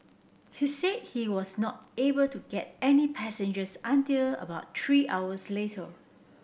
he said he was not able to get any passengers until about three hours later